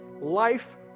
life